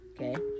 Okay